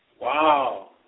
Wow